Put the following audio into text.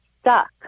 stuck